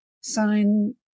sign